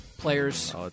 players